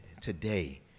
today